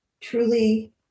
truly